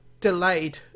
delayed